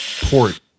port